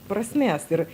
prasmės ir